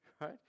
right